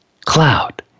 cloud